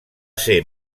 ser